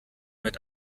mit